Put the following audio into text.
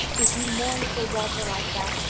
if he mourned for walter like that,